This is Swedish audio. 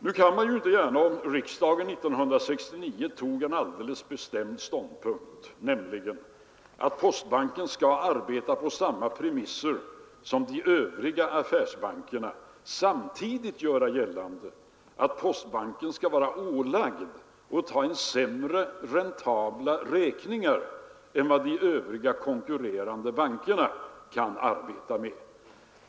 Nu kan man inte gärna om riksdagen 1969 tog en alldeles bestämd ståndpunkt — nämligen att postbanken skall arbeta med samma premisser som övriga affärsbanker — samtidigt göra gällande att postbanken skall vara ålagd att ta sämre räntabla räkningar än vad de övriga konkurrerande bankerna kan arbeta med.